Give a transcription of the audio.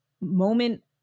moment